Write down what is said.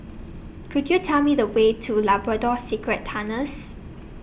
Could YOU Tell Me The Way to Labrador Secret Tunnels